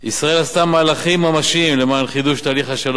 ישראל עשתה מהלכים ממשיים למען חידוש תהליך השלום,